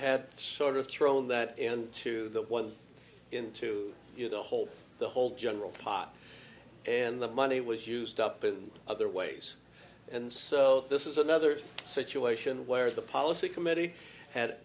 had sort of thrown that and too that one into the whole the whole general pot and the money was used up in other ways and so this is another situation where the policy committee had